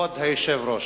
כבוד היושב-ראש,